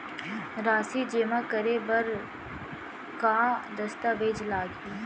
राशि जेमा करे बर का दस्तावेज लागही?